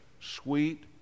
Sweet